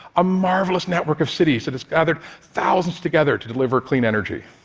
a marvelous network of cities that has gathered thousands together to deliver clean energy.